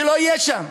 שלא יהיה שם.